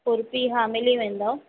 खुर्पी हा मिली वेंदो